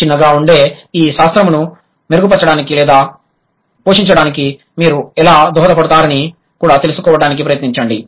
చిన్నగా ఉండే ఈ శాస్త్రంను మెరుగుపరచడానికి లేదా పోషించడానికి మీరు ఎలా దోహదపడతారని కూడా తెలుసుకోవడానికి ప్రయత్నించండి